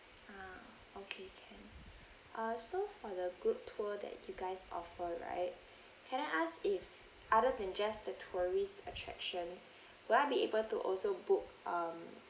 ah okay can ah so for the group tour that you guys offer right can I ask if other than just the tourist attractions will I be able to also book um